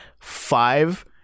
five